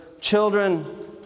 children